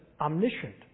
omniscient